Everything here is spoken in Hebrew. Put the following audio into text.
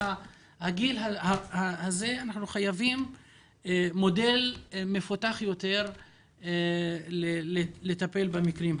הגיל הזה אנחנו חייבים מודל מפותח יותר כדי לטפל במקרים השונים.